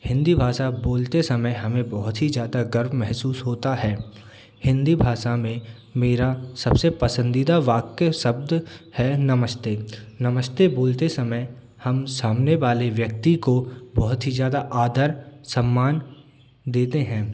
हिंदी भाषा बोलते समय हमें बहुत ही ज़्यादा गर्व महसूस होता है हिंदी भाषा में मेरा सबसे पसंदीदा वाक्य शब्द है नमस्ते नमस्ते बोलते समय हम सामने वाले व्यक्ति को बहुत ही ज़्यादा आदर सम्मान देते हैं